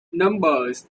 numbers